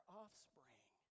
offspring